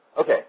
Okay